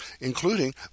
including